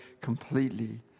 completely